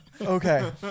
okay